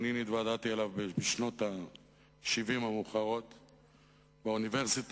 אני נתוודעתי אליו בשנות ה-70 המאוחרות באוניברסיטה,